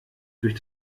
durch